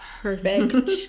perfect